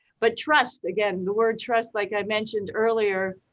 but trust again, the word trust, like i mentioned earlier,